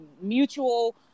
mutual